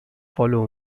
follow